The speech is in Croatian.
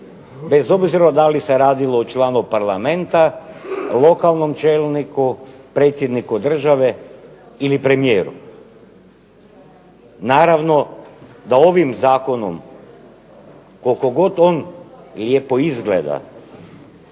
Bez obzira da li se radilo o članu parlamenta, lokalnom čelniku, predsjedniku države ili premijeru. Naravno, da ovim zakonom koliko god on lijepo izgleda